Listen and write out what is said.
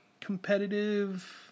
competitive